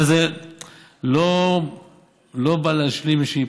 אבל זה לא בא להשלים איזושהי,